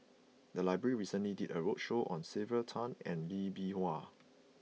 the library recently did a roadshow on Sylvia Tan and Lee Bee Wah